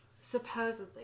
supposedly